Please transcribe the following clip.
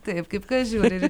taip kaip kas žiūri